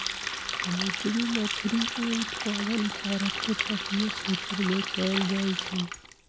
समुंदरी मछरी के उत्पादन भारत के तटीय क्षेत्रमें कएल जाइ छइ